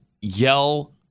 yell